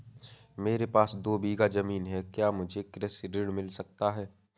मेरे पास दो बीघा ज़मीन है क्या मुझे कृषि ऋण मिल सकता है?